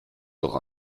doch